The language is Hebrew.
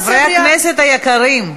חברי הכנסת היקרים,